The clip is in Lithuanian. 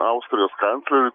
austrijos kancleriui